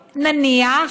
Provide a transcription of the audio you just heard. נניח,